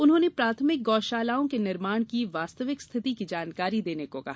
उन्होंने प्राथमिक गौशालाओं के निर्माण की वास्तविक स्थिति की जानकारी देने को कहा